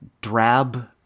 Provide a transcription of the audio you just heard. Drab